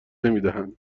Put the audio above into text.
نمیدهند